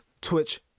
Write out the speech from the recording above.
twitch